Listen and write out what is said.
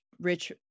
rich